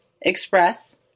express